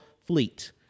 fleet